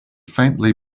faintly